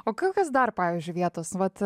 o kokios dar pavyzdžiui vietos vat